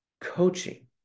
coaching